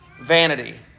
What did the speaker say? vanity